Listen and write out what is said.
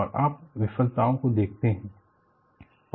और आप विफलताओं को देखते हैं